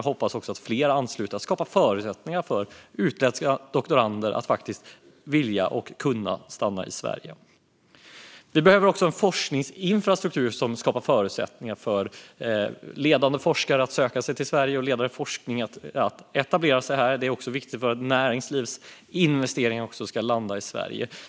Jag hoppas att fler ansluter sig för att skapa förutsättningar för utländska doktorander att vilja och kunna stanna i Sverige. Vi behöver också en forskningsinfrastruktur som skapar förutsättningar för ledande forskare att söka sig till Sverige och som skapar förutsättningar för ledande forskning att etablera sig här. Det är också viktigt för att vårt näringslivs investeringar ska landa i Sverige.